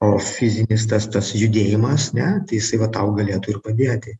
o fizinis tas tas judėjimas ne tai jisai va tau galėtų ir padėti